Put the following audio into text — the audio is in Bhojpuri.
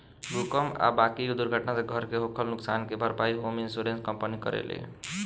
भूकंप आ बाकी दुर्घटना से घर के होखल नुकसान के भारपाई होम इंश्योरेंस कंपनी करेले